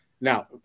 now